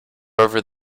over